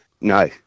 No